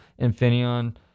Infineon